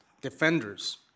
defenders